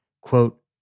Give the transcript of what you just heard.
quote